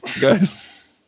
guys